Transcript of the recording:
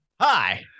Hi